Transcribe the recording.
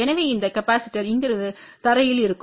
எனவே இந்த கெபாசிடர் இங்கிருந்து தரையில் இருக்கும்